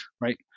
right